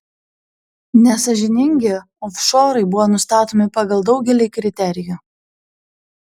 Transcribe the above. nesąžiningi ofšorai buvo nustatomi pagal daugelį kriterijų